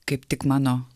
kaip tik mano